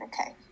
Okay